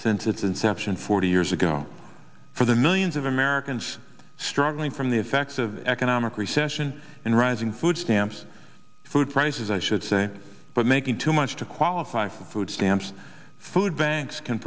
since its inception forty years ago for the millions of americans struggling from the effects of economic recession and rising food stamps food prices i should say but making too much to qualify for food stamps food banks can